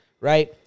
right